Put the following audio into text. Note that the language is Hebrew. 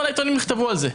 כל העיתונים יכתבו על זה.